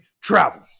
Travel